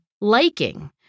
liking